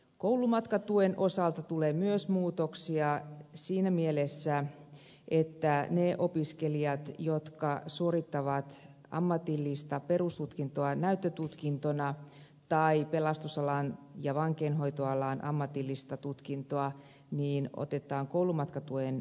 koulumatkatuen osalta tulee myös muutoksia siinä mielessä että ne opiskelijat jotka suorittavat ammatillista perustutkintoa näyttötutkintona tai pelastusalan tai vankeinhoitoalan ammatillista tutkintoa otetaan koulumatkatuen piiriin